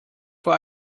vor